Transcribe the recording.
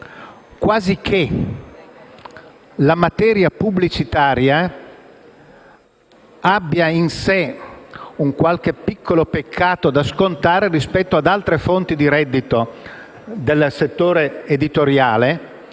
quasi che la materia pubblicitaria abbia in sé un qualche piccolo peccato da scontare rispetto ad altre fonti di reddito del settore editoriale